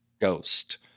ghost